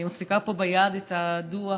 אני מחזיקה פה ביד את הדוח,